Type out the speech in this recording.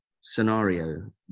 scenario